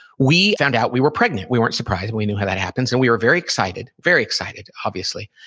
we found out we were pregnant. we weren't surprised we knew how that happened. and we were very excited, very excited, obviously.